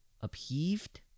Upheaved